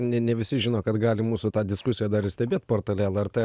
ne ne visi žino kad gali mūsų tą diskusiją dar ir stebėt portale lrt